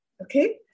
Okay